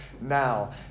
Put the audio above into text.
now